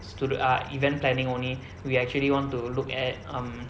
stud~ ah event planning only we actually want to look at um